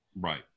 Right